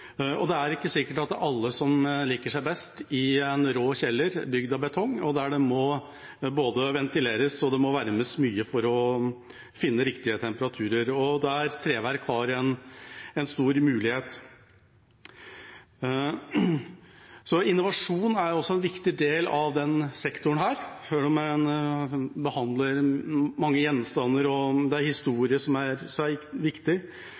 og det er ikke sikkert alle liker seg best i en rå kjeller bygd av betong, der det må både ventileres og varmes mye for å finne riktige temperaturer. Der er treverk en stor mulighet. Innovasjon er en viktig del av denne sektoren. Selv om en behandler mange gjenstander og det er historien som er viktig,